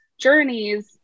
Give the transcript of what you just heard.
journeys